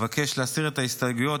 אבקש להסיר את ההסתייגויות,